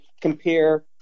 compare